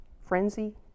frenzy